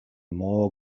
more